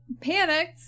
panicked